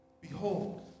Behold